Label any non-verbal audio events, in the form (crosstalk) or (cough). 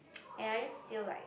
(noise) !aiya! I just feel like